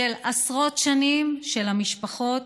עשרות שנים, של המשפחות,